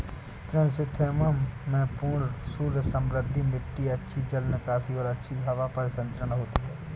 chrysanthemum में पूर्ण सूर्य समृद्ध मिट्टी अच्छी जल निकासी और अच्छी हवा परिसंचरण होती है